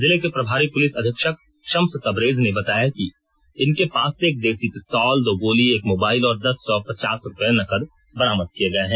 जिले के प्रभारी पुलिस अधीक्षक शम्स तबरेज ने बताया कि इनके पास से एक देसी पिस्तौल दो गोली एक मोबाइल और दस सौ पचास रूपये नकद बरामद किए गए हैं